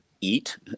eat